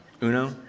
Uno